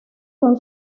son